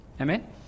Amen